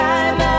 Time